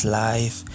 life